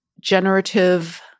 generative